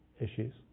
issues